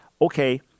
Okay